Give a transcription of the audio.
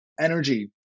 energy